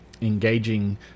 engaging